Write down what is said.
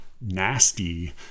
nasty